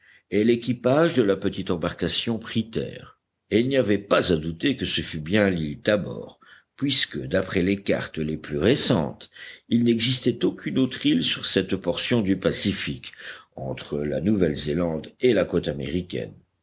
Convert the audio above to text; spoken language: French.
et l'équipage de la petite embarcation prit terre et il n'y avait pas à douter que ce fût bien l'île tabor puisque d'après les cartes les plus récentes il n'existait aucune autre île sur cette portion du pacifique entre la nouvelle zélande et la côte américaine